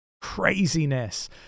craziness